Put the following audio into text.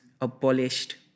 abolished